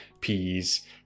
peas